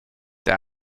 der